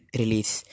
release